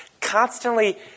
Constantly